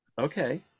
okay